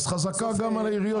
אז חזקה על העיריות